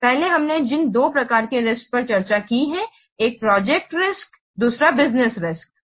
पहले हमने जिन दो प्रकार के रिस्क पर चर्चा की है एक प्रोजेक्ट रिस्क्स है दूसरा बिज़नेस रिस्क्स है